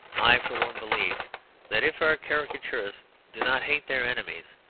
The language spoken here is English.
i, for one, believe that if our caricaturists do not hate their enemies,